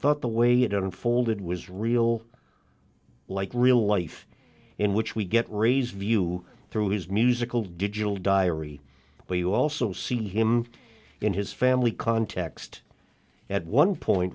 thought the way it unfolded was real like real life in which we get ray's view through his musical digital diary where you also see him in his family context at one point